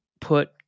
put